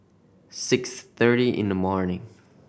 six thirty in the morning